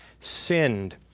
sinned